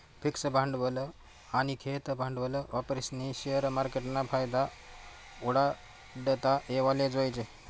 fix भांडवल आनी खेयतं भांडवल वापरीस्नी शेअर मार्केटना फायदा उठाडता येवाले जोयजे